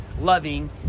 loving